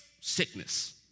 sickness